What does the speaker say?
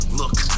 look